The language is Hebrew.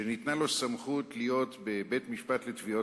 שניתנה לו סמכות להיות בבית-משפט לתביעות